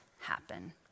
happen